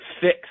fix